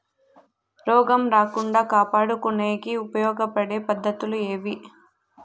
రోగం రాకుండా కాపాడుకునేకి ఉపయోగపడే పద్ధతులు ఏవి?